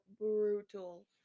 brutal